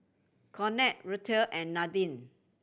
Conard Ruthe and Nadine